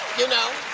you know.